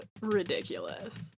ridiculous